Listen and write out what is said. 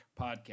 podcast